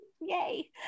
yay